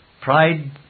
Pride